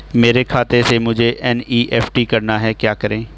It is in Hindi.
मेरे खाते से मुझे एन.ई.एफ.टी करना है क्या करें?